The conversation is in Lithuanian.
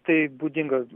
tai būdinga